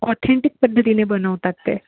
authentic पद्धतीने बनवतात ते